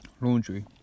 Laundry